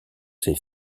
ses